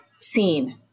seen